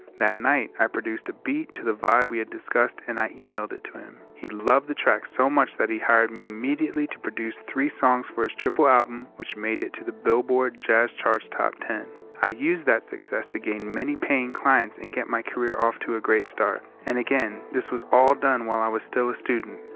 that night, i produced a beat to the vibe we had discussed and i emailed it to him. he loved the track so much that he hired me immediately to produce three songs for his triple album which made it to the billboard jazz charts top ten. i used that success to gain many paying clients and get my career off to a great start. and again, this was all done while i was still a student.